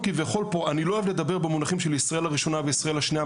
אני לא אוהב לדבר במונחים של ישראל הראשונה וישראל השנייה,